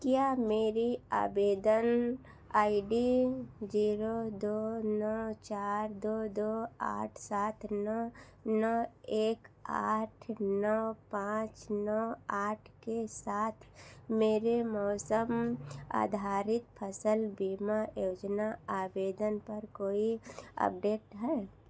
क्या मेरी आवेदन आई डी जीरो दो नौ चार दो दो आठ सात नौ नौ एक आठ नौ पाँच नौ आठ के साथ मेरे मौसम आधारित फसल बीमा योजना आवेदन पर कोई अपडेट है